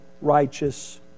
righteous